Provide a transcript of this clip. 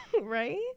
right